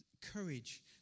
courage